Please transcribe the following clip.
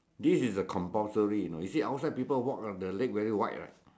this is a compulsory you know you see outside people walk the leg very white right